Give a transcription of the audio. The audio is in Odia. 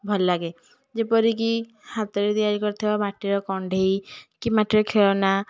ଭଲ ଲାଗେ ଯେପରିକି ହାତରେ ତିଆରି କରିଥିବା ମାଟିର କଣ୍ଢେଇ କି ମାଟିର ଖେଳନା